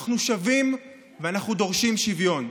אנחנו שווים ואנחנו דורשים שוויון.